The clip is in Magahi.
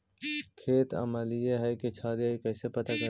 खेत अमलिए है कि क्षारिए इ कैसे पता करबै?